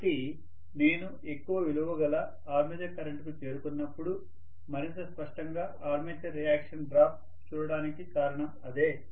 కాబట్టి నేను ఎక్కువ విలువ గల ఆర్మేచర్ కరెంటుకు చేరుకున్నప్పుడు మరింత స్పష్టంగా ఆర్మేచర్ రియాక్షన్ డ్రాప్ చూడటానికి కారణం అదే